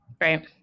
right